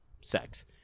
sex